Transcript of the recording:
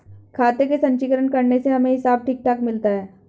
खाते का संचीकरण करने से हमें हिसाब ठीक ठीक मिलता है